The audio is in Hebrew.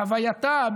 בהווייתה,